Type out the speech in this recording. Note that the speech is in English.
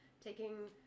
taking